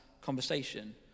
conversation